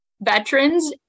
Veterans